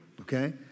okay